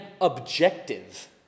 objective